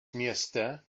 mieste